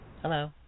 Hello